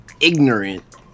ignorant